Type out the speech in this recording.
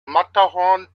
matterhorn